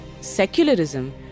secularism